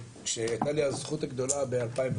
שהייתה לי הזכות הגדולה ב- 2004,